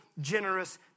generous